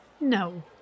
No